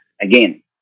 Again